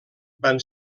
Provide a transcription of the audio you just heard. van